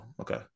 okay